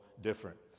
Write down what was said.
different